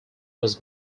was